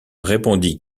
répondit